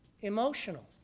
emotional